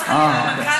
אל תגידי,